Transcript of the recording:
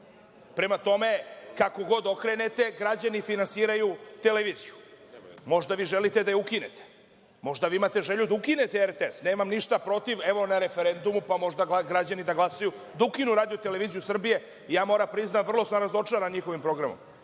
Prema tome, kako god okrenete, građani finansiraju televiziju. Možda vi želite da je ukinete. Možda vi imate želju da ukinete RTS. Nemam ništa protiv. Evo, na referendumu, pa možda građani da glasaju da ukinu RTS. Ja moram da priznam, vrlo sam razočaran njihovim programom.